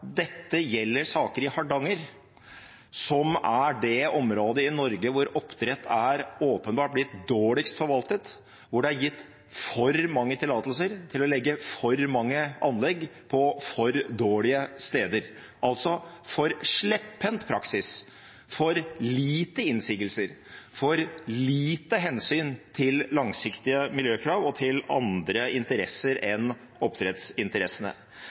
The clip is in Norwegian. dette gjelder saker i Hardanger, som er det området i Norge hvor oppdrett åpenbart er blitt dårligst forvaltet, hvor det er gitt for mange tillatelser til å legge for mange anlegg på for dårlige steder – altså for slepphendt praksis, for lite innsigelser, for lite hensyn til langsiktige miljøkrav og til andre interesser enn oppdrettsinteressene.